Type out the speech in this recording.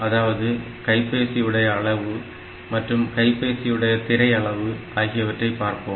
அதாவது கைபேசி உடைய அளவு மற்றும் கைபேசி உடைய திரை அளவு ஆகியவற்றை பார்ப்போம்